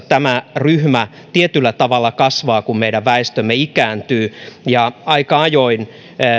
tämä ryhmä tietyllä tavalla kasvaa kun meidän väestömme ikääntyy aika ajoin